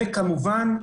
כמובן,